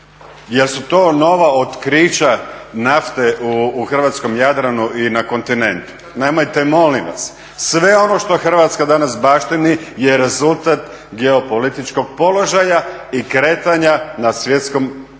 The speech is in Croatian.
jesu to nova otkrića nafte u hrvatskom Jadranu i na kontinentu? Nemojte molim vas. Sve ono što Hrvatska danas baštini je rezultat geopolitičkog položaja i kretanja na svjetskom